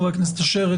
חבר הכנסת אשר,